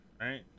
Right